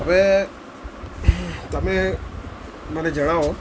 હવે તમે મને જણાવો